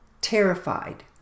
terrified